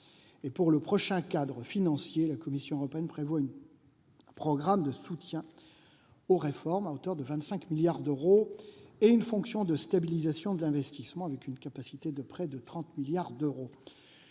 Pour le prochain cadre financier, la Commission européenne prévoit un programme de soutien aux réformes, à hauteur de 25 milliards d'euros, et une fonction de stabilisation de l'investissement, avec une capacité de prêts de 30 milliards d'euros.